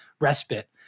respite